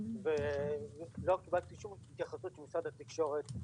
ולא קיבלתי שום התייחסות מצד התקשורת,